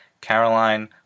Caroline